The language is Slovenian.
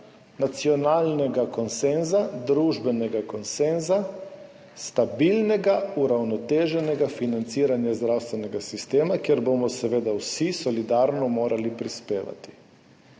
nacionalnega konsenza, družbenega konsenza, stabilnega, uravnoteženega financiranja zdravstvenega sistema, kjer bomo seveda vsi morali solidarno prispevati.